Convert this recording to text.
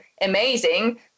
amazing